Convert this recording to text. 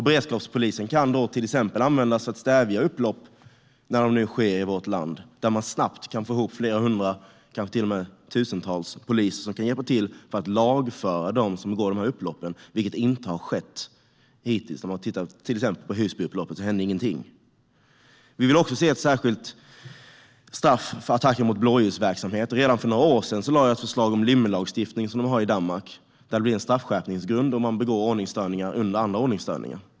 Beredskapspolisen kan till exempel användas för att stävja upplopp i vårt land. Man kan snabbt få ihop flera hundra eller kanske till och med tusentals poliser som kan hjälpa till att lagföra dem som begår dessa upplopp, vilket inte har skett hittills. I Husbyupploppet, till exempel, hände ingenting. Vi vill också se ett särskilt straff för attacker mot blåljusverksamhet. Redan för några år sedan lade jag fram ett förslag om en lymmellagstiftning som de har i Danmark, där det blir en straffskärpningsgrund om man begår ordningsstörningar under andra ordningsstörningar.